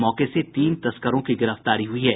मौके से तीन तस्कर की गिरफ्तारी हुई है